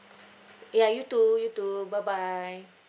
ya you too you too bye bye